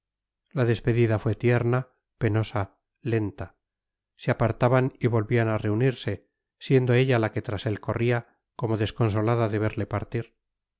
la despedida fue tierna penosa lenta se apartaban y volvían a reunirse siendo ella la que tras él corría como desconsolada de verle partir